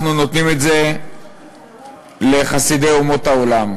אנחנו נותנים את זה לחסידי אומות העולם.